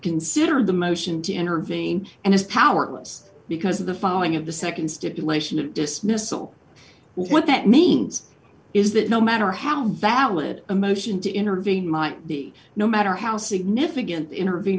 consider the motion to intervene and is powerless because of the following of the nd stipulation of dismissal what that means is that no matter how valid a motion to intervene might be no matter how significant the intervene